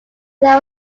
there